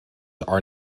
are